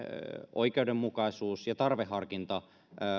oikeudenmukaisuus ja tarveharkinta